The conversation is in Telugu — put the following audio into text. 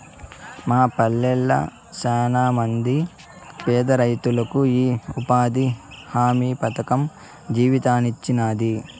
మా పల్లెళ్ళ శానమంది పేదరైతులకు ఈ ఉపాధి హామీ పథకం జీవితాన్నిచ్చినాది